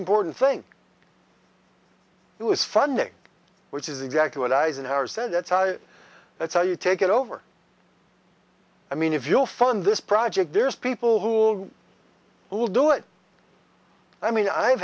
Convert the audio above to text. important thing it was funding which is exactly what eisenhower said that that's how you take it over i mean if you'll fund this project there's people who'll who will do it i mean i've